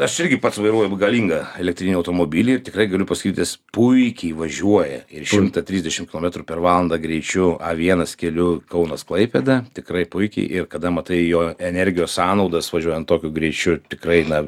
aš irgi pats vairuoju galingą elektrinį automobilį ir tikrai galiu pasakyt ka jis puikiai važiuoja ir šimtą trisdešim kilometrų per valandą greičiu a vienas keliu kaunas klaipėda tikrai puikiai ir kada matai jo energijos sąnaudas važiuojant tokiu greičiu tikrai na